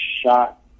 shot